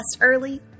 early